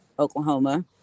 Oklahoma